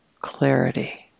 clarity